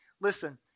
Listen